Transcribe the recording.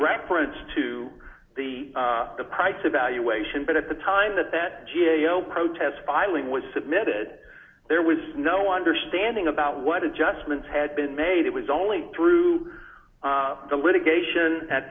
reference to the price evaluation but at the time that that g a o protest filing was submitted there was no understanding about what adjustments had been made it was only through the litigation at